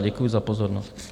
Děkuji za pozornost.